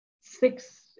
six